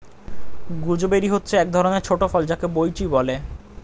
gooseberry হচ্ছে এক ধরণের ছোট ফল যাকে বৈঁচি বলে